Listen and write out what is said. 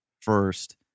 first